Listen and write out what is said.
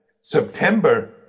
September